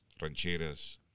rancheras